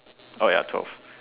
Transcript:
oh ya twelve